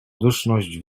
duszność